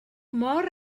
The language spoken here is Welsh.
mor